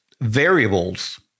variables